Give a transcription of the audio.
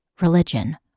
religion